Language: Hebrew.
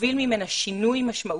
להוביל ממנה שינוי משמעותי,